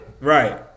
right